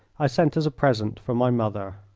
i sent as a present for my mother.